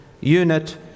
unit